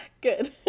Good